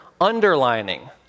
underlining